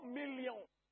millions